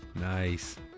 Nice